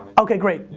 okay, great.